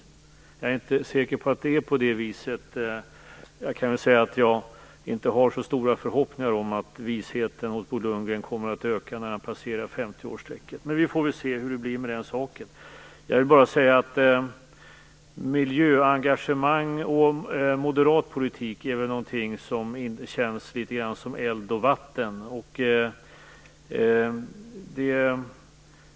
Jag är inte säker på att det är så - jag kan väl säga att jag inte har så stora förhoppningar om att visheten hos Bo Lundgren kommer att öka när han passerar femtioårsstrecket. Men vi får väl se hur det blir med den saken. Miljöengagemang och moderat politik är någonting som känns litet grand som eld och vatten.